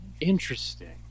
Interesting